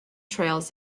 trails